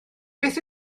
beth